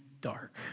dark